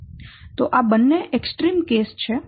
તો આ બંને એક્સ્ટ્રીમ કેસ છે